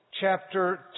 chapter